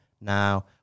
now